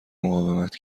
مقاومت